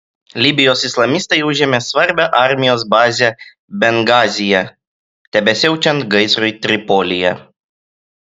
libijos islamistai užėmė svarbią armijos bazę bengazyje tebesiaučiant gaisrui tripolyje